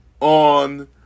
on